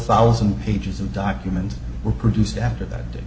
thousand pages of documents were produced after that